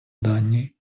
дані